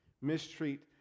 mistreat